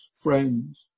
friends